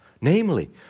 Namely